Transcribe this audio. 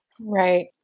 Right